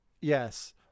Yes